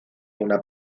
una